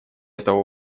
этого